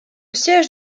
siège